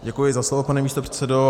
Děkuji za slovo, pane místopředsedo.